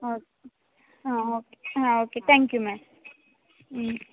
ಹೌದು ಹಾಂ ಓಕೆ ಹಾಂ ಓಕೆ ತ್ಯಾಂಕ್ ಯು ಮೆಮ್ ಹ್ಞೂ